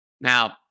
Now